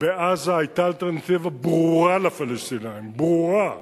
בעזה היתה אלטרנטיבה ברורה לפלסטינים, ברורה: